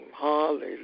Hallelujah